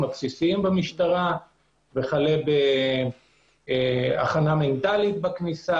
הבסיסיים במשטרה וכנה בהכנה מנטלית בכניסה,